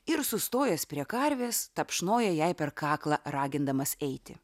ir sustojęs prie karvės tapšnoja jai per kaklą ragindamas eiti